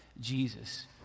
Jesus